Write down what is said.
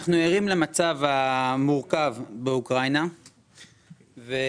אנחנו ערים למצב המורכב באוקראינה והתמונות